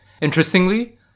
Interestingly